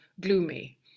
gloomy